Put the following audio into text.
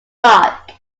rock